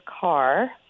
car